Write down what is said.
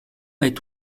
est